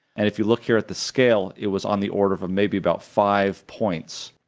and if you look here at the scale it was on the order of of maybe about five points.